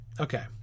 Okay